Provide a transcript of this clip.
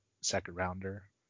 second-rounder